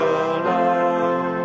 alone